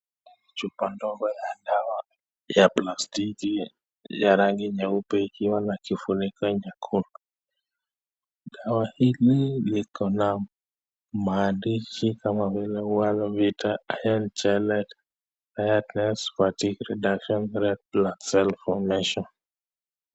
Chupa ndogo ya dawa ya plastiki ya rangi nyeupe ikiwa na kifuniko nyekundu. Dawa hili liko na maandishi kama vile Wallvita ,Iron Chelate, Redness, Fatigue Reduction, Red Blood Cell Formation .